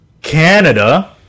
canada